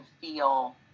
feel